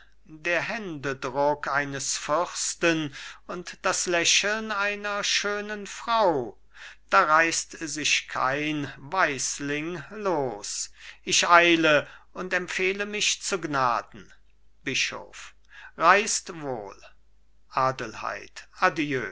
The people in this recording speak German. der händedruck eines fürsten und das lächeln einer schönen frau da reißt sich kein weisling los ich eile und empfehle mich zu gnaden bischof reist wohl adelheid adieu